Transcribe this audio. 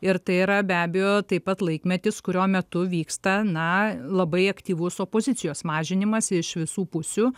ir tai yra be abejo taip pat laikmetis kurio metu vyksta na labai aktyvus opozicijos mažinimas iš visų pusių